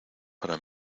para